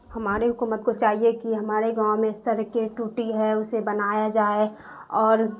ہماری حکومت کو چاہیے کہ ہمارے گاؤں میں سڑکیں ٹوٹی ہے اسے بنایا جائے اور